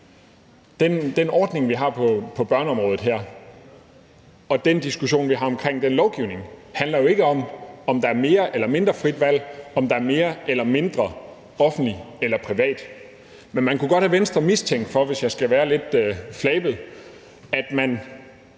den ordning, vi har på børneområdet, og den diskussion, vi har om lovgivningen, jo ikke handler om, om der er mere eller mindre frit valg, og om der er mere eller mindre, der er offentligt – eller privat. Men man kunne godt have Venstre mistænkt for, hvis jeg skal være lidt flabet, at de